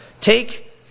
Take